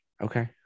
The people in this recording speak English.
Okay